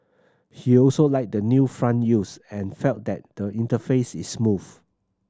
he also liked the new font used and felt that the interface is smooth